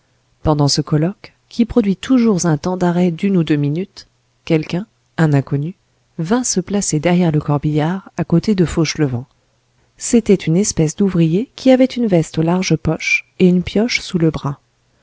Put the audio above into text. pendant ce colloque qui produit toujours un temps d'arrêt d'une ou deux minutes quelqu'un un inconnu vint se placer derrière le corbillard à côté de fauchelevent c'était une espèce d'ouvrier qui avait une veste aux larges poches et une pioche sous le bras